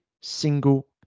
single